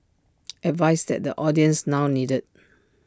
advice that the audience now needed